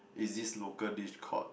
is this local dish called